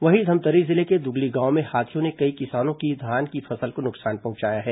वहीं धमतरी जिले के दुगली गांव में हाथियों ने कई किसानों के धान की फसल को नुकसान पहुंचाया है